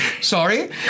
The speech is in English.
Sorry